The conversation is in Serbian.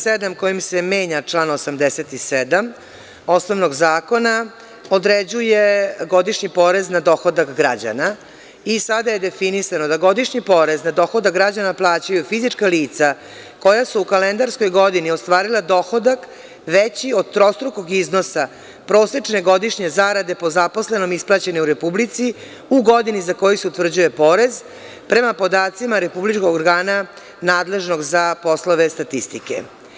Član 27. kojim se menja član 87. osnovnog Zakona, određuje godišnji porez na dohodak građana i sada je definisano da godišnji porez na dohodak građana plaćaju fizička lica, koja su u kalendarskoj godini ostvarila dohodak, veći od trostrukog iznosa, prosečne godišnje zarade po zaposlenom, isplaćene u Republici, u godini za koju se utvrđuje porez, prema podacima Republičkog organa, nadležnog za poslove statistike.